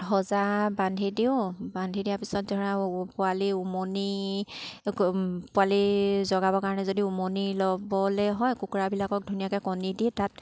সজা বান্ধি দিওঁ বান্ধি দিয়াৰ পিছত ধৰা পোৱালি উমনি পোৱালি জগাবৰ কাৰণে যদি উমনি ল'বলৈ হয় কুকুৰাবিলাকক ধুনীয়াকৈ কণী দি তাত